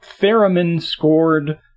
theremin-scored